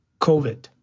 COVID